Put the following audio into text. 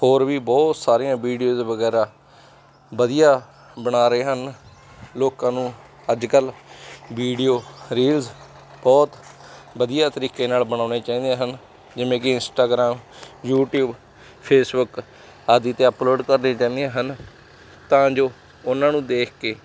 ਹੋਰ ਵੀ ਬਹੁਤ ਸਾਰੀਆਂ ਵੀਡੀਓਜ਼ ਵਗੈਰਾ ਵਧੀਆ ਬਣਾ ਰਹੇ ਹਨ ਲੋਕਾਂ ਨੂੰ ਅੱਜ ਕੱਲ੍ਹ ਵੀਡੀਓ ਰੀਲਸ ਬਹੁਤ ਵਧੀਆ ਤਰੀਕੇ ਨਾਲ ਬਣਾਉਣੇ ਚਾਹੀਦੇ ਹਨ ਜਿਵੇਂ ਕਿ ਇੰਸਟਾਗ੍ਰਾਮ ਯੂਟਿਊਬ ਫੇਸਬੁੱਕ ਆਦਿ 'ਤੇ ਅਪਲੋਡ ਕਰਦੀਆਂ ਹੀ ਰਹਿੰਦੀਆਂ ਹਨ ਤਾਂ ਜੋ ਉਹਨਾਂ ਨੂੰ ਦੇਖ ਕੇ